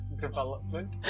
development